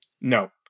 no